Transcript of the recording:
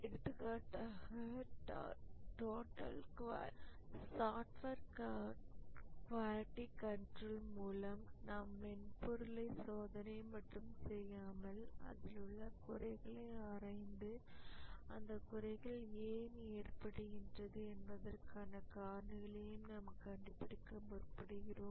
எடுத்துக்காட்டாக software quality control மூலம் நாம் மென்பொருளை சோதனை மட்டும் செய்யாமல் அதில் உள்ள குறைகளை ஆராய்ந்து அந்த குறைகள் ஏன் ஏற்படுகின்றது என்பதற்கான காரணிகளையும் நாம் கண்டுபிடிக்க முற்படுகிறோம்